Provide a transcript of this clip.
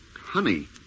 honey